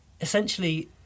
essentially